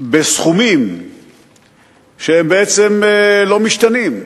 שבסכומים שבעצם לא משתנים,